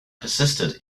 persisted